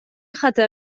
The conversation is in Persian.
خاطر